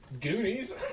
Goonies